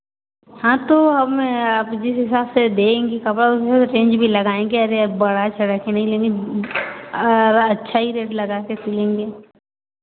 हाँ तो हम आप जिस हिसाब से देंगी कपड़ा उस हिसाब से रेंज भी लगाएँगे अरे अब बढ़ा चढ़ा कर नहीं लेनी और अच्छा ही रेट लगा के सिलेंगे